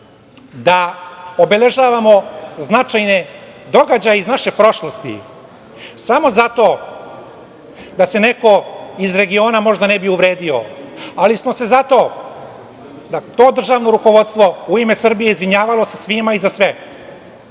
da obeležavamo značajne događaje iz naše prošlosti, samo zato da se neko iz regiona možda ne bi uvredio, ali smo se zato, to državno rukovodstvo u ime države Srbije, izvinjavalo se svima i za sve,